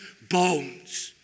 bones